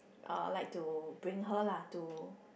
I will like to bring her lah to